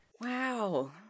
Wow